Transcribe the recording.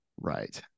right